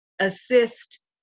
assist